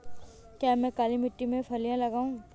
क्या मैं काली मिट्टी में फलियां लगाऊँ?